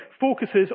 focuses